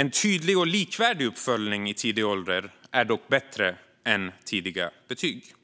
En tydlig och likvärdig uppföljning i tidig ålder är dock bättre än tidiga betyg.